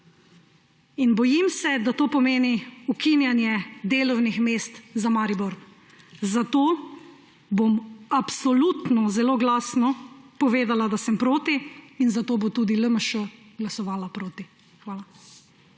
In bojim se, da to pomeni ukinjanje delovnih mest za Maribor. Zato bom absolutno zelo glasno povedala, da sem proti, in zato bo tudi LMŠ glasovala proti. Hvala.